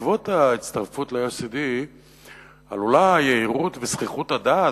שבעקבות ההצטרפות ל-OECD עלולה היהירות וזחיחות הדעת,